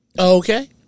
Okay